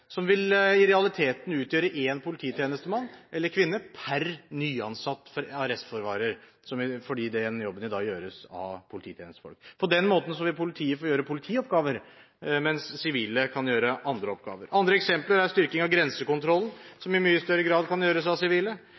som f.eks. arrestforvarere, som i realiteten vil utgjøre én polititjenestemann eller -kvinne per nyansatt arrestforvarer, fordi den jobben i dag gjøres av polititjenestefolk. På den måten vil politiet få gjøre politioppgaver, mens sivile kan gjøre andre oppgaver. Andre eksempler er styrking av grensekontrollen, som i mye større grad kan gjøres av sivile.